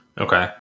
Okay